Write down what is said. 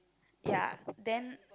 ya then